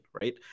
right